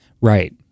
Right